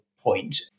point